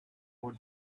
for